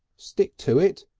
stick to it!